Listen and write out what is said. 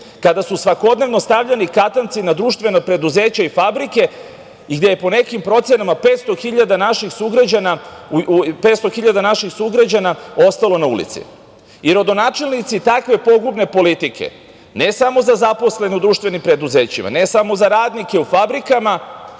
kada su svakodnevno stavljani katanci na društvena preduzeća i fabrike i gde je po nekim procenama 500 hiljada naših sugrađana ostalo na ulici. I rodonačelnici takve pogubne politike, ne samo za zaposlene u društvenim preduzećima, ne samo za radnike u fabrikama,